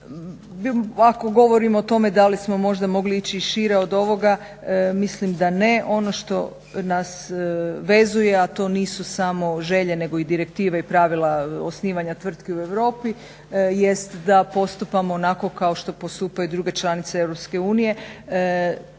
Ako govorimo o tome da li smo možda mogli ići šire od ovoga, mislim da ne. Ono što nas vezuje, a to nisu samo želje nego i direktive i pravila osnivanja tvrtki u Europi jest da postupamo onako kao što postupaju druge članice